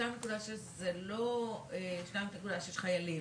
2.6 מיליון זה לא 2.6 מיליון חיילים.